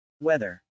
Weather